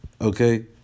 okay